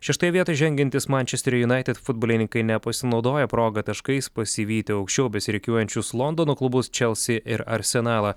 šeštoje vietoje žengiantis mančesterio united futbolininkai nepasinaudojo proga taškais pasivyti aukščiau besirikiuojančius londono klubus chelsea ir arsenalą